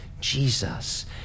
Jesus